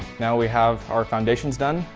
now, we have our foundations done.